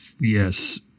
Yes